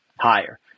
higher